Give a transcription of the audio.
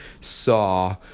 saw